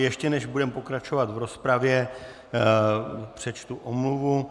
Ještě než budeme pokračovat v rozpravě, přečtu omluvu.